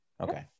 Okay